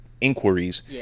inquiries